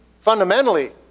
fundamentally